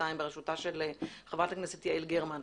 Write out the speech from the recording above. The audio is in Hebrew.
שנתיים בראשותה של חברת הכנסת יעל גרמן.